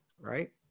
right